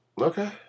Okay